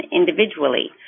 individually